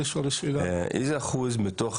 איזה אחוז מתוך